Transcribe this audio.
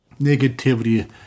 negativity